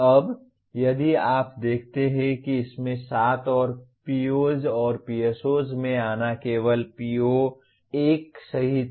अब यदि आप देखते हैं कि इसमें 7 हैं और POs और PSOs में आना केवल PO1 सहित है